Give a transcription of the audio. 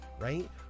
right